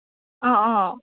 ꯑꯥ ꯑꯥ